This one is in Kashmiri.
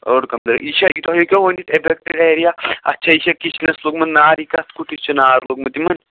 اوٚڑ کَمپلیٹ یہِ چھا یہِ تۄہہِ ہیٚکِوا ؤنِتھ ایٚگزیکٹ ایریا اَتھ چھےٚ یہِ چھا کِچنَس لوٚگمُت نار یہِ کَتھ کُٹھس چھُ نار لوٚگمُت یِمَن